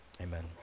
Amen